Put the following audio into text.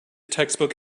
textbook